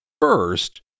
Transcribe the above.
First